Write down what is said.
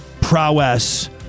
prowess